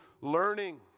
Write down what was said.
learning